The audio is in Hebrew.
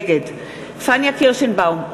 נגד פניה קירשנבאום,